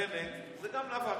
בנט זה גם נבל.